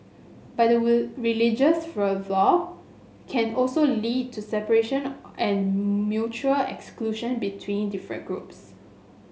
but religious fervour can also lead to separation and mutual exclusion between different groups